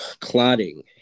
clotting